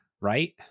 right